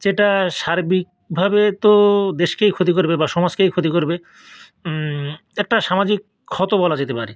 যেটা সার্বিকভাবে তো দেশকেই ক্ষতি করবে বা সমাজকেই ক্ষতি করবে একটা সামাজিক ক্ষত বলা যেতে পারে